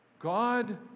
God